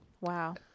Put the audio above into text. Wow